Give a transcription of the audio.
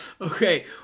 Okay